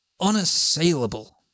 unassailable